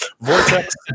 vortex